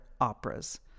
operas